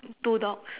two dogs